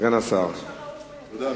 אדוני